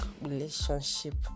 relationship